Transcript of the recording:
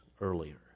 earlier